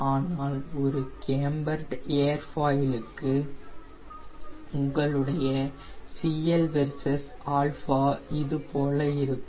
ஆனால் ஒரு கேம்பர்டு ஏர்ஃபாயிலுக்கு உங்களுடைய CL வெர்சஸ் α இது போல இருக்கும்